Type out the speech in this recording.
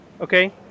okay